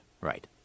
right